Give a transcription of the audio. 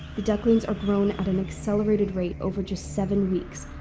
ducklings are grown at an accelerated rate over just seven weeks,